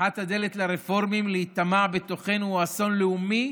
ופתיחת הדלת לרפורמים להיטמע בתוכנו הן אסון לאומי,